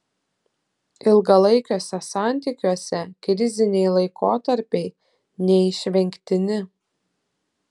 ilgalaikiuose santykiuose kriziniai laikotarpiai neišvengtini